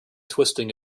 twisting